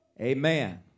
Amen